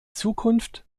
zukunft